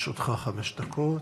לרשותך חמש דקות,